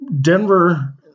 Denver